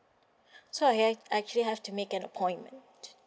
so I have actually have to make an appointment